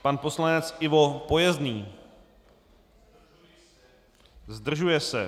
Pan poslanec Ivo Pojezný: Zdržuje se.